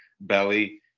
belly